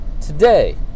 today